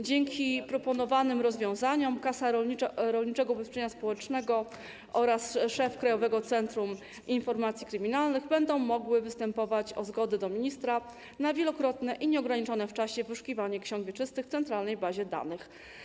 Dzięki proponowanym rozwiązaniom Kasa Rolniczego Ubezpieczenia Społecznego oraz szef Krajowego Centrum Informacji Kryminalnych będą mogli występować o zgodę do ministra na wielokrotne i nieograniczone w czasie wyszukiwanie ksiąg wieczystych w centralnej bazie danych.